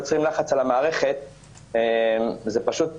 ל המחוסנים לא ניתן להסתפק באמצעים מידתיים יותר של בידוד